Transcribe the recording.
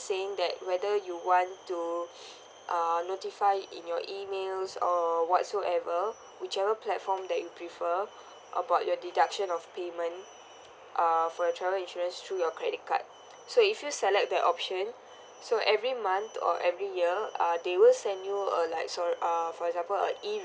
saying that whether you want to uh notify in your emails or whatsoever whichever platform that you prefer about your deduction of payment err for your travel insurance through your credit card so if you select that option so every month or every year uh they will send you a like sorry uh for example E